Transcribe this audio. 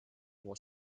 was